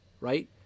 right